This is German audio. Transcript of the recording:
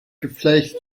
geflecht